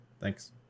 Thanks